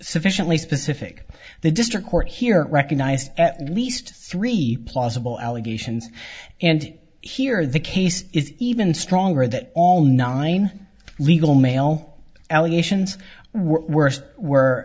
sufficiently specific the district court here recognized at least three plausible allegations and here the case is even stronger that all nine legal mail allegations were were